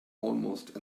almost